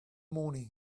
morning